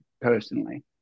personally